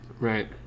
Right